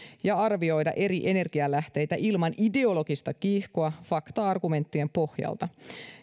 ja arvioida eri energialähteitä ilman ideologista kiihkoa fakta argumenttien pohjalta